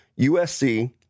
USC